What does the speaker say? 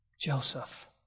Joseph